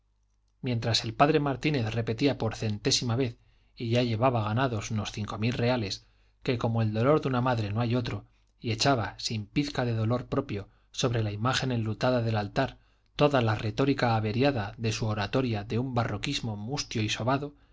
mientras el p martínez repetía por centésima vez y ya llevaba ganados unos cinco mil reales que como el dolor de una madre no hay otro y echaba sin pizca de dolor propio sobre la imagen enlutada del altar toda la retórica averiada de su oratoria de un barroquismo mustio y sobado